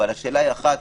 אבל השאלה היא אחת,